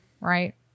right